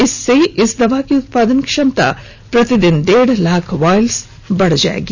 इससे इस दवा की उत्पादन क्षमता प्रतिदिन डेढ लाख वॉयल्स बढ़ जाएगी